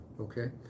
Okay